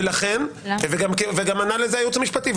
וגם ענה לזה הייעוץ המשפטי,